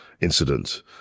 incident